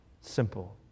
Simple